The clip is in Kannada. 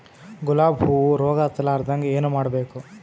ಗುಲಾಬ್ ಹೂವು ರೋಗ ಹತ್ತಲಾರದಂಗ ಏನು ಮಾಡಬೇಕು?